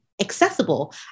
accessible